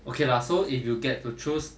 okay lah so if you will get to choose